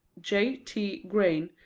j. t. grein,